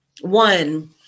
One